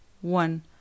one